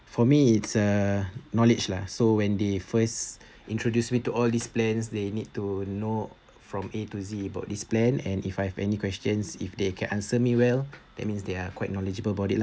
for me it's uh knowledge lah so when they first introduced me to all these plans they need to know from A to Z about this plan and if I have any questions if they can answer me well that means they are quite knowledgeable about it lah